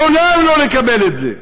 לעולם לא נקבל את זה.